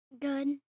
Good